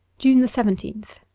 june seventeenth